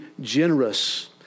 generous